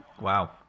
wow